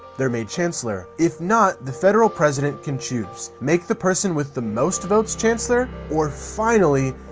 they're made chancellor. if not, the federal president can choose make the person with the most votes chancellor, or finally,